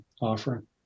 offering